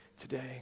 today